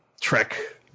Trek